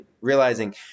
realizing